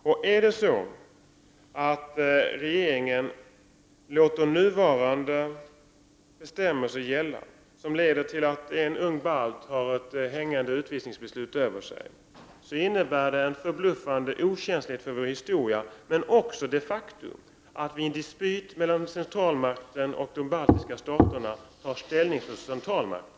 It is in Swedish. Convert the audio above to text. Om regeringen låter nuvarande bestämmelser gälla, som leder till att en ung balt har ett utvisningsbeslut hängande över sig, innebär det en förbluffande okänslighet för vår historia men de facto också att Sverige i en dispyt mellan centralmakten och de baltiska staterna tar ställning för centralmakten.